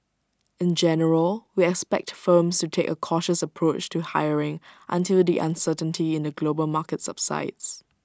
in general we expect firms to take A cautious approach to hiring until the uncertainty in the global market subsides